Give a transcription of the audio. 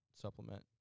supplement